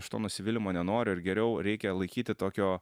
aš to nusivylimo nenoriu ir geriau reikia laikyti tokio